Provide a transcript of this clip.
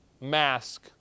mask